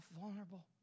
vulnerable